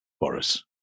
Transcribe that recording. Boris